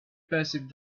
perceived